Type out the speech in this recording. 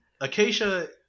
Acacia